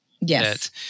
Yes